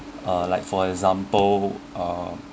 uh like for example uh